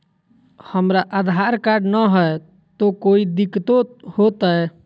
हमरा आधार कार्ड न हय, तो कोइ दिकतो हो तय?